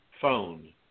phone